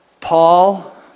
Paul